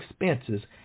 expenses